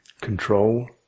control